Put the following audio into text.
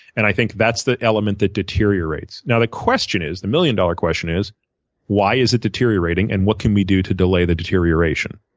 and i think that's the element that deteriorates. now the question is the million-dollar question is why is it deteriorating and what can we do to delay the deterioration?